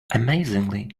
amazingly